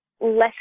less